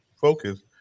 focus